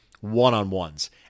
one-on-ones